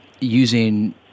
using